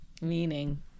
Meaning